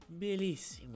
bellissimo